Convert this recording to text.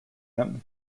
him